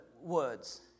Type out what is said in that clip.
words